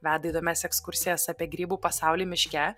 veda įdomias ekskursijas apie grybų pasaulį miške